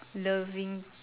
loving